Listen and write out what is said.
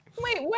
Wait